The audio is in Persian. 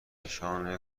نشان